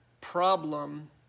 problem